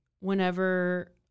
whenever